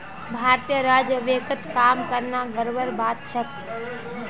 भारतीय रिजर्व बैंकत काम करना गर्वेर बात छेक